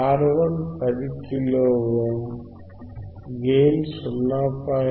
R1 10 kilo ohm gain 0